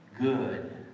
good